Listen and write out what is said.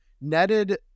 netted